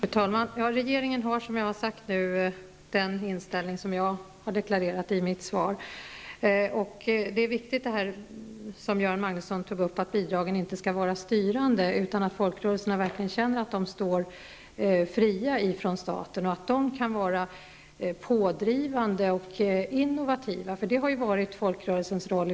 Fru talman! Regeringen har, som jag har sagt, den inställning jag har deklarerat i mitt svar. Det är viktigt att bidragen inte skall vara styrande, vilket Göran Magnusson också sade, utan att folkrörelserna verkligen känner att de står fria från staten och att de kan vara pådrivande och innovativa, något som från början har varit folkrörelsernas roll.